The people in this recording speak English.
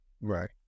Right